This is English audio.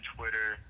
Twitter